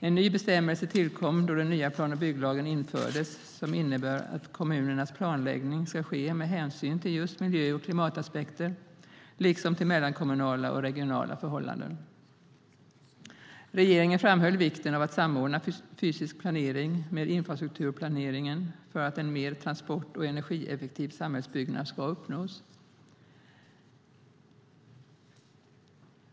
En ny bestämmelse tillkom då den nya plan och bygglagen infördes som innebär att kommunernas planläggning ska ske med hänsyn till just miljö och klimataspekter, liksom till mellankommunala och regionala förhållanden. Regeringen framhöll vikten av att samordna den fysiska planeringen med infrastrukturplaneringen för att en mer transport och energieffektiv samhällsbyggnad ska uppnås.